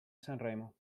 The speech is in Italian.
sanremo